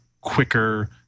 quicker